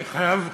אני חייב,